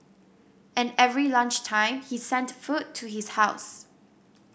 and every lunch time he sent food to his house